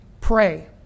Pray